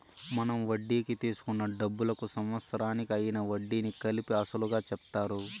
మనం వడ్డీకి తీసుకున్న డబ్బులకు సంవత్సరానికి అయ్యిన వడ్డీని కలిపి అసలుగా చెప్తారు